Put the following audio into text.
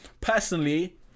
personally